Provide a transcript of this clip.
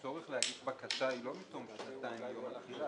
הצורך להגיש בקשה הוא לא מתום שנתיים מיום התחילה.